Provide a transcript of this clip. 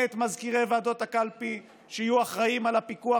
את מזכירי ועדות הקלפי שיהיו אחראים לפיקוח,